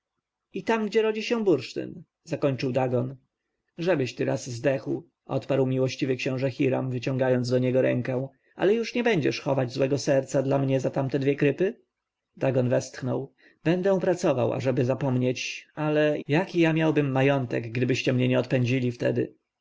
i tam gdzie rodzi się bursztyn zakończył dagon żebyś ty raz zdechł odparł miłościwy książę hiram wyciągając do niego rękę ale już nie będziesz chował złego serca dla mnie za tamte dwie krypy dagon westchnął będę pracował ażeby zapomnieć ale jaki ja miałbym majątek gdybyście mnie nie odpędzili wtedy